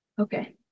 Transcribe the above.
okay